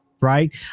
right